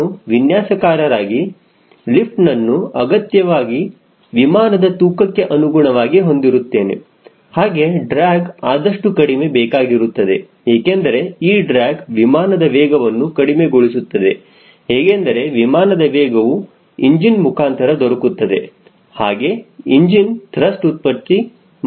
ನಾನು ವಿನ್ಯಾಸಕಾರರಾಗಿ ಲಿಫ್ಟ್ನನ್ನು ಅಗತ್ಯವಾಗಿ ವಿಮಾನದ ತೂಕಕ್ಕೆ ಅನುಗುಣವಾಗಿ ಹೊಂದಿರುತ್ತೇನೆ ಹಾಗೆ ಡ್ರ್ಯಾಗ್ ಆದಷ್ಟು ಕಡಿಮೆ ಬೇಕಾಗಿರುತ್ತದೆ ಏಕೆಂದರೆ ಈ ಡ್ರ್ಯಾಗ್ ವಿಮಾನದ ವೇಗವನ್ನು ಕಡಿಮೆಗೊಳಿಸುತ್ತದೆ ಹೇಗೆಂದರೆ ವಿಮಾನದ ವೇಗವು ಇಂಜಿನ್ ಮುಖಾಂತರ ದೊರಕುತ್ತದೆ ಹಾಗೆ ಇಂಜಿನ್ ತ್ರಸ್ಟ್ ಉತ್ಪತ್ತಿ ಮಾಡುತ್ತದೆ